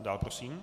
Dál prosím.